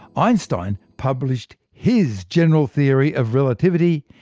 einstein published his general theory of relativity,